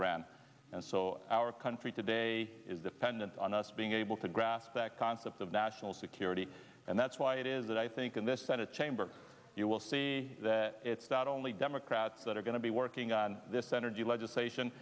iran and so our country today is dependent on us being able to grasp that concept of national security and that's why it is that i think in this senate chamber you will see that it's not only demo pratt that are going to be working on this energy legislation